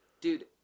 Dude